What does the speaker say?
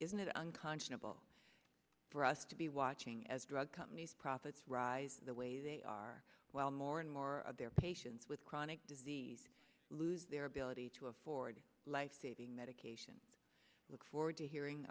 isn't it unconscionable for us to be watching as drug companies profits rise the way they are while more and more of their patients with chronic disease lose their ability to afford lifesaving medication i look forward to hearing